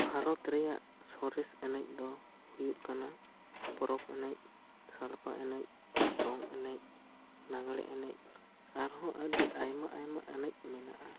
ᱵᱷᱟᱨᱚᱛ ᱨᱮᱭᱟᱜ ᱥᱚᱨᱮᱥ ᱮᱱᱮᱡ ᱫᱚ ᱦᱩᱭᱩᱜ ᱠᱟᱱᱟ ᱯᱚᱨᱚᱵᱽ ᱮᱱᱮᱡ ᱥᱟᱲᱯᱟ ᱮᱱᱮᱡ ᱫᱚᱝ ᱮᱱᱮᱡ ᱞᱟᱜᱽᱬᱮ ᱮᱱᱮᱡ ᱟᱨᱦᱚᱸ ᱟᱹᱰᱤ ᱟᱭᱢᱟ ᱟᱭᱢᱟ ᱮᱱᱮᱡ ᱢᱮᱱᱟᱜᱼᱟ